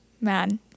man